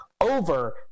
over